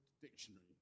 Dictionary